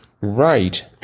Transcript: Right